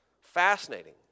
Fascinating